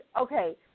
okay